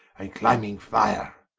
and climbing fire,